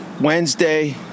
Wednesday